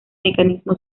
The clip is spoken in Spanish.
mecanismo